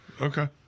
Okay